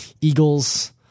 Eagles